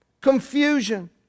confusion